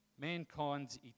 Mankind's